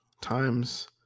times